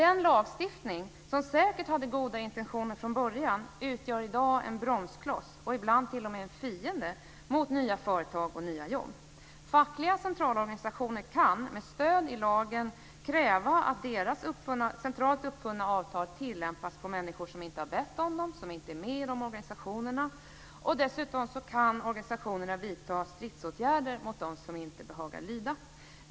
En lagstiftning som säkert hade goda intentioner från början är i dag en bromskloss och ibland t.o.m. en fiende till nya företag och nya jobb. Fackliga centralorganisationer kan med stöd i lagen kräva att deras centralt tillkomna avtal ska tillämpas på människor som inte har bett om dem och som inte är med i organisationerna. Dessutom kan organisationerna vidta stridsåtgärder mot dem som inte behagar lyda.